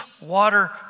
water